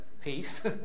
peace